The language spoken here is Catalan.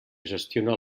gestiona